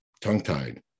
tongue-tied